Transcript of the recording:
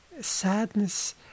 sadness